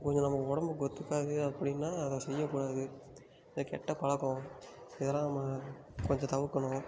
கொஞ்சம் நம்ம உடம்புக்கு ஒத்துக்காது அப்படின்னா அதை செய்யக்கூடாது இந்த கெட்ட பழக்கம் இதெல்லாம் நம்ம கொஞ்சம் தவிர்க்கணும்